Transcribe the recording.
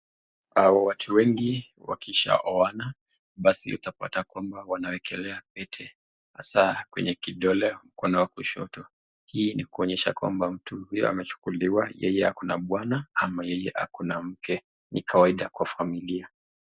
Hawa watu wengi wakishaowana basi utapata kwamba wanawekelea pete hasa kwenye kidole mkono wa kushoto. Hii ni kuonyesha kwamba mtu huyo amechukuliwa, yeye ako na bwana ama yeye ako na mke. Ni kawaida kwa familia.